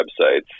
websites